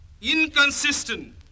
inconsistent